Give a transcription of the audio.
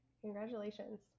congratulations